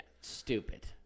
Stupid